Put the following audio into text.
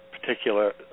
particular